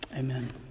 amen